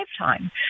lifetime